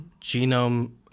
genome